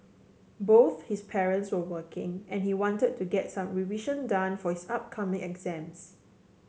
both his parents were working and he wanted to get some revision done for his upcoming exams